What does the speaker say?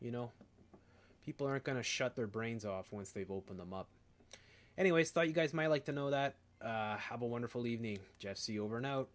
you know people are going to shut their brains off once they've opened them up anyway so you guys might like to know that have a wonderful evening jessie over now